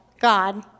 God